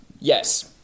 Yes